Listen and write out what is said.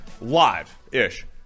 live-ish